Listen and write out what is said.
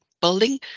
building